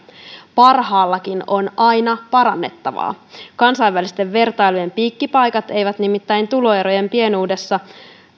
parhaallakin on aina parannettavaa kansainvälisten vertailujen piikkipaikat tuloerojen pienuudessa